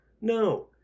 No